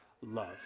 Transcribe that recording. love